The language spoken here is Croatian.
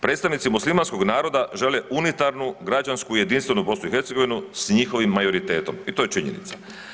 Predstavnici muslimanskog naroda žele unitarnu, građansku jedinstvenu BiH s njihovim majoritetom i to je činjenica.